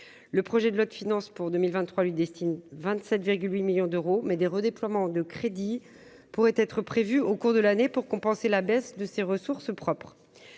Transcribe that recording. le projet de loi de finances pour 2023 lui destine 27 8 millions d'euros, mais des redéploiements de crédits pourraient être prévu au cours de l'année pour compenser la baisse de ses ressources propres,